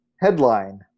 Headline